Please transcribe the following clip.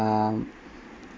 um